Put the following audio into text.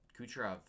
Kucherov